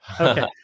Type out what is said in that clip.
Okay